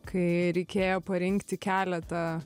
kai reikėjo parinkti keletą